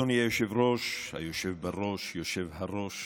אדוני היושב-ראש, היושב בראש, יושב-הראש,